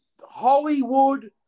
Hollywood